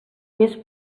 més